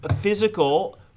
physical